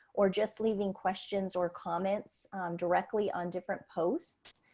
or just leaving questions or comments directly on different posts.